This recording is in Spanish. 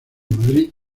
madrid